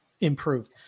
improved